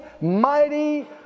mighty